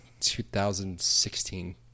2016